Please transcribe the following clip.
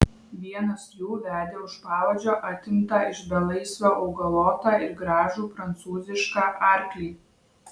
vienas jų vedė už pavadžio atimtą iš belaisvio augalotą ir gražų prancūzišką arklį